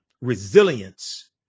resilience